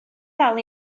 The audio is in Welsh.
dal